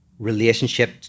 relationship